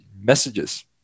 messages